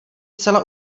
zcela